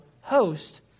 host